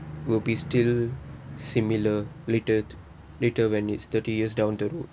will be still similar later later when it's thirty years down the road